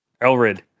Elrid